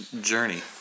journey